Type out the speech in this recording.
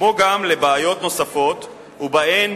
כמו גם לבעיות נוספות, ובהן,